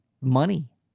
money